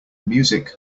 music